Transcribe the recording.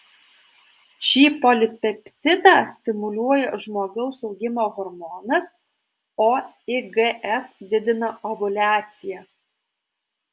šį polipeptidą stimuliuoja žmogaus augimo hormonas o igf didina ovuliaciją